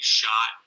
shot